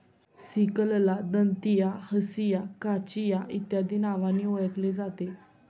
सिकलला दंतिया, हंसिया, काचिया इत्यादी नावांनी ओळखले जाते